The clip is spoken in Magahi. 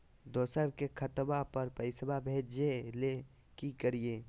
दोसर के खतवा पर पैसवा भेजे ले कि करिए?